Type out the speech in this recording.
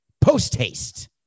post-haste